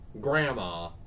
Grandma